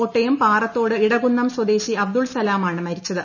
കോട്ടയം പാറത്തോട് ഇടകുന്നം സ്വദേശി അബ്ദുൾ സലാം ആണ് മരിച്ചത്